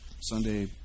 Sunday